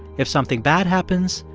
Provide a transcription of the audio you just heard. if something bad happens,